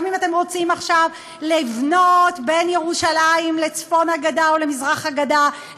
גם אם אתם רוצים עכשיו לבנות בין ירושלים לצפון הגדה או למזרח הגדה,